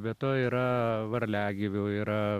be to yra varliagyvių yra